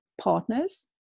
partners